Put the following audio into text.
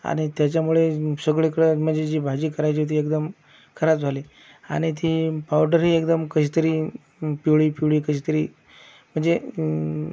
आणि त्याच्यामुळे सगळीकडे म्हणजे जी भाजी करायची होती ती एकदम खराब झाली आणि ती पावडरही एकदम कशीतरी पिवळी पिवळी कशीतरी म्हणजे